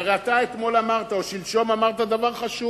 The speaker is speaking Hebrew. הרי אתה אתמול אמרת, או שלשום אמרת, דבר חשוב: